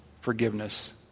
forgiveness